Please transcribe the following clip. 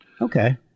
Okay